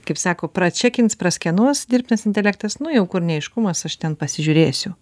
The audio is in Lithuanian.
kaip sako pračekins praskenuos dirbtinas intelektas nu jau kur neaiškumas aš ten pasižiūrėsiu